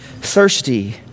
thirsty